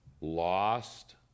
lost